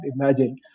imagine